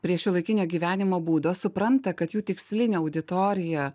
prie šiuolaikinio gyvenimo būdo supranta kad jų tikslinė auditorija